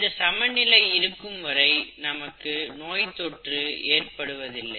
இந்த சமநிலை இருக்கும்வரை நமக்கு நோய் தொற்று ஏற்படுவதில்லை